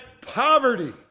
poverty